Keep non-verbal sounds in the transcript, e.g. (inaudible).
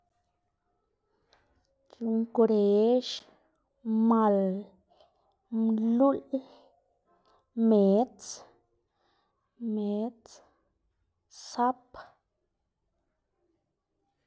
(noise) yu ngwrex, mal, mluꞌl, medz medz, sap. (noise)